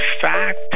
fact